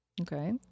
Okay